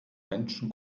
menschen